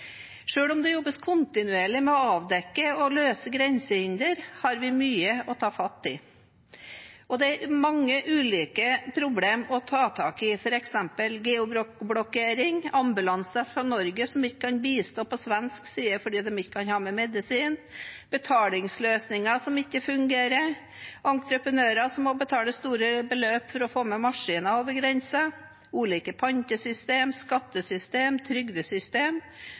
om det jobbes kontinuerlig med å avdekke og løse grensehindre, har vi mye å ta fatt i, og det er mange ulike problemer å ta tak i. For eksempel: geoblokkering, ambulanser fra Norge som ikke kan bistå på svensk side fordi de ikke kan ha med medisin, betalingsløsninger som ikke fungerer, entreprenører som må betale store beløp for å få med maskiner over grensen, ulike